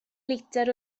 litr